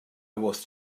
was